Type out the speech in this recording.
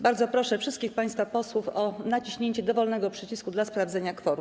Bardzo proszę wszystkich państwa posłów o naciśnięcie dowolnego przycisku dla sprawdzenia kworum.